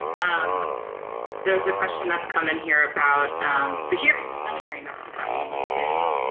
um there's a question that's come in here about the hearing, the senate hearing that's been happening today,